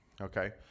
Okay